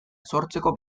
sortzeko